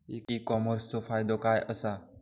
E कॉमर्सचो फायदो काय असा?